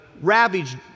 ravaged